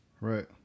right